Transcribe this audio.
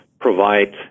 provide